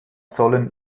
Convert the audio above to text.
sollen